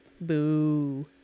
boo